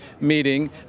meeting